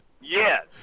Yes